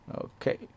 okay